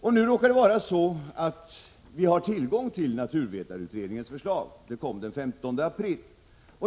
Det råkar vara så att vi nu har tillgång till naturvetarutredningens förslag. Det kom den 15 april.